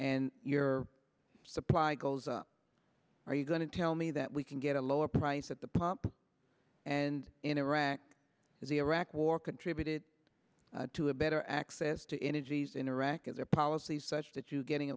and your supply goes up are you going to tell me that we can get a lower price at the pump and in iraq as the iraq war contributed to a better access to energies in iraq of their policies such that you getting